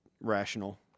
rational